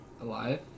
alive